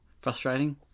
frustrating